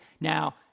now